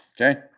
Okay